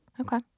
Okay